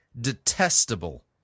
detestable